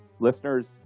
Listeners